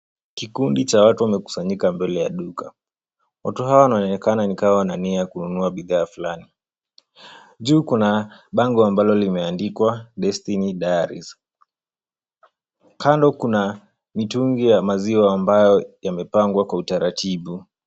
Kikundi cha watu wamekusanyika mbele ya duka. Watu hawa wanaonekana ni ka wana nia ya kununua bidhaa fulani. Juu kuna bango ambalo limeandikwa Destiny Dairies. Kando kuna mitungi ya maziwa ambayo yamepangwa kwa utaratibu.